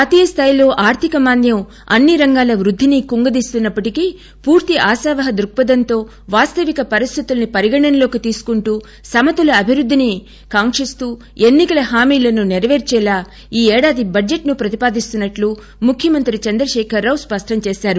జాతీయ స్థాయిలో ఆర్దిక మాంద్యం అన్ని రంగాల వృద్దినీ కుంగదీస్తున్న ప్పటికీ పూర్తి ఆశావహ దృక్పథంతో వాస్తవిక పరిస్థితులను పరిగణనలోకి తీసుకుని సమతుల అభివృద్దిని కాంకిస్తూ ఎన్ని కల హామీలను నెరవేర్చడం ప్రస్తుత ఏడాది బడ్జెట్ ను ప్రతిపాదిస్తున్న ట్లు ముఖ్యమంత్రి చెప్పారు